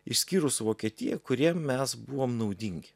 išskyrus vokietiją kuriem mes buvom naudingi